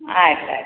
ಆಯ್ತು ಆಯ್ತು